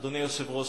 אדוני היושב-ראש,